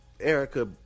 Erica